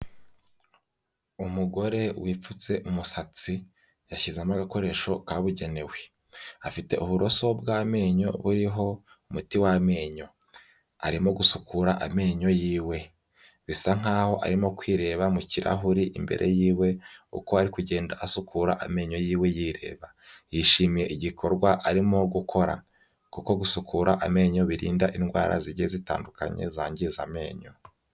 Umugore wipfutse umusatsi yashyizemo agakoresho kabugenewe. Afite uburoso bw'amenyo buriho umuti w'amenyo, arimo gusukura amenyo yiwe, bisa nkaho arimo kwireba mu kirahure imbere yiwe uko ari kugenda asukura amenyo yiwe yireba, yishimiye igikorwa arimo gukora kuko gusukura amenyo birinda indwara zigiye zitandukanye zangiza amenyo.